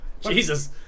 Jesus